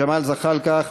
ג'מאל זחאלקה,